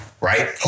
right